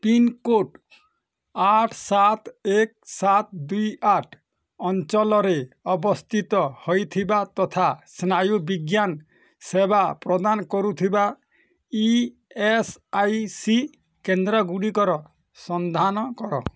pin code ଆଠ ସାତ ଏକ ସାତ ଦୁଇ ଆଠ ଅଞ୍ଚଳରେ ଅବସ୍ଥିତ ହୋଇଥିବା ତଥା ସ୍ନାୟୁ ବିଜ୍ଞାନ ସେବା ପ୍ରଦାନ କରୁଥିବା ଇ ଏସ୍ ଆଇ ସି କେନ୍ଦ୍ର ଗୁଡ଼ିକର ସନ୍ଧାନ କର